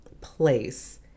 place